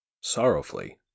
Sorrowfully